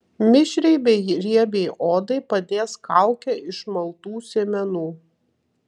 mišriai bei riebiai odai padės kaukė iš maltų sėmenų